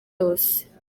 yose